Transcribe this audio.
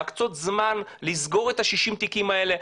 להקצות זמן לסגור את ה-60 תיקים האלה,